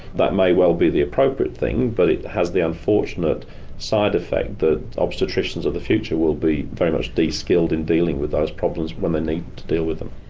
that may well be the appropriate thing but it has the unfortunate side effect that obstetricians of the future will be very much de-skilled in dealing with those problems when they need to deal with them.